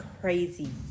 crazy